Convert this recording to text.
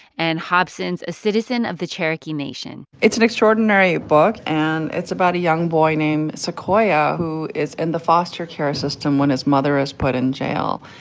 and hobson's a citizen of the cherokee nation it's an extraordinary book. and it's about a young boy, named sequoyah, who is in the foster care system when his mother is put in jail.